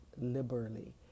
liberally